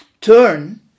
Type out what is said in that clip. turn